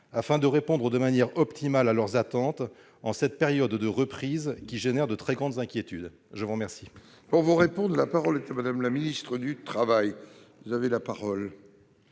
afin de répondre de manière optimale à leurs attentes en cette période de reprise qui suscite de très grandes inquiétudes ? La parole